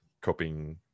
coping